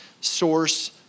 source